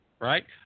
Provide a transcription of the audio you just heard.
right